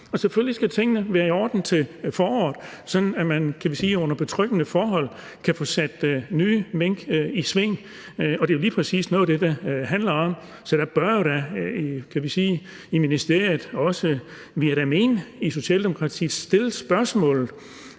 Selvfølgelig skal tingene være i orden til foråret, sådan at man, kan vi sige, under betryggende forhold kan få sat nye mink i sving. Det er lige præcis noget af det, det handler om. Så der bør jo da i ministeriet og også, vil jeg mene, i Socialdemokratiet blive stillet spørgsmålet